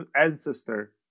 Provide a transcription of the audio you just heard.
ancestor